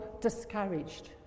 discouraged